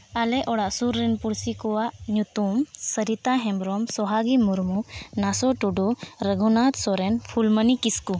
ᱟᱞᱮ ᱚᱲᱟᱜ ᱥᱩᱨ ᱨᱮᱱ ᱯᱩᱲᱥᱤ ᱠᱚᱣᱟᱜ ᱧᱩᱛᱩᱢ ᱥᱚᱨᱤᱛᱟ ᱦᱮᱢᱵᱨᱚᱢ ᱥᱚᱦᱟᱜᱤ ᱢᱩᱨᱢᱩ ᱱᱟᱥᱳ ᱴᱩᱰᱩ ᱨᱚᱜᱷᱩᱱᱟᱛᱷ ᱥᱚᱨᱮᱱ ᱯᱷᱩᱞᱢᱚᱱᱤ ᱠᱤᱥᱠᱩ